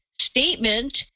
statement